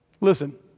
Listen